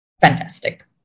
Fantastic